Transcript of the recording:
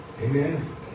Amen